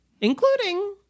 including